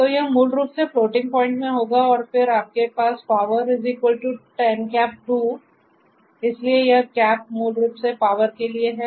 तो यह मूल रूप से फ्लोटिंग पॉइंट में होगा और फिर आपके पास power10 2 इसलिए यह कैप मूल रूप से पावर के लिए है